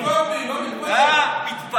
הוא רפורמי, לא מתבייש.